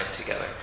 together